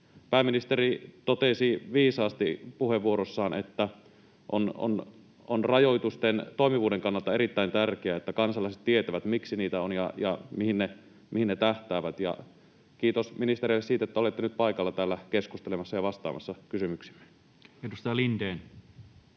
Pääministeri totesi viisaasti puheenvuorossaan, että rajoitusten toimivuuden kannalta on erittäin tärkeää, että kansalaiset tietävät, miksi niitä on ja mihin ne tähtäävät, ja kiitos ministereille siitä, että olette nyt paikalla täällä keskustelemassa ja vastaamassa kysymyksiimme. [Speech